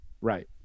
Right